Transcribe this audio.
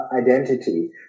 identity